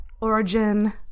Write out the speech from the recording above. origin